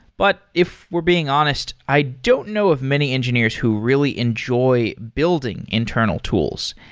but if we're being honest, i don't know of many engineers who really enjoy building internal tools.